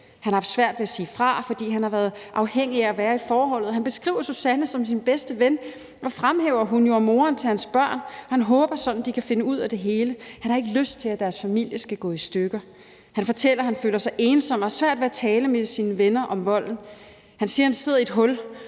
har haft svært ved at sige fra, fordi han har været afhængig af at være i forholdet. Han beskriver Susanne som sin bedste ven og fremhæver, at hun jo er moren til hans børn, og han håber sådan, at de kan finde ud af det hele. Han har ikke lyst til, at deres familie skal gå i stykker. Han fortæller, at han føler sig ensom og har svært ved at tale med sine venner om volden. Han siger, at han sidder i et hul